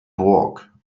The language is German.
burg